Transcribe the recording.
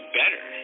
better